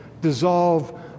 dissolve